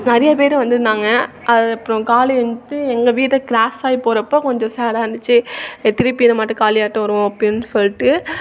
நிறைய பேர் வந்துருந்தாங்க அது அப்புறோம் காளி வந்து எங்கள் வீட்டை க்ராஸாகி போகிறப்போ கொஞ்சம் சேடாக இருந்துச்சி திருப்பி இது மட்டோம் காளி ஆட்டம் வரும் அப்படின் சொல்லிட்டு